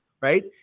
Right